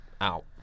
out